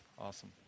Awesome